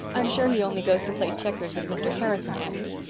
i'm sure he only goes to play checkers with mr. harrison andrews,